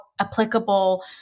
applicable